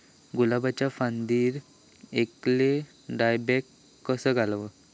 गुलाबाच्या फांदिर एलेलो डायबॅक कसो घालवं?